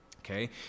Okay